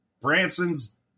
Branson's